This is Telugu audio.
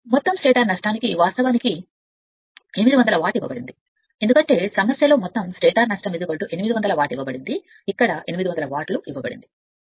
మొత్తం స్టేటర్ నష్టానికి వాస్తవానికి 800 వాట్ ఇవ్వబడుతుంది ఎందుకంటే సమస్యలో మొత్తం స్టేటర్ నష్టం 800 వాట్ ఇవ్వబడుతుంది ఇక్కడ 800 వాట్ల ఇవ్వబడుతుంది సరైనది